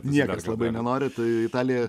niekas labai nenori tai italija